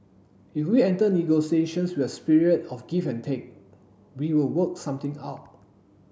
if we enter negotiations with a spirit of give and take we will work something out